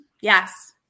Yes